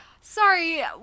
Sorry